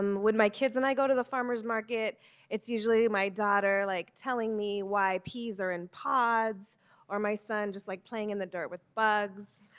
um when my kids and i-go to the farmers market it's usually my daughter like telling me why peas are in pods or my son like playing in the dirt with bugs.